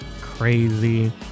crazy